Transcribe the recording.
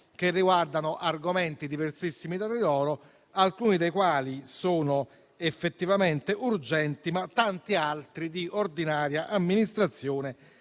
che riguardano argomenti diversissimi tra di loro, alcuni dei quali sono effettivamente urgenti, mentre tanti altri sono di ordinaria amministrazione,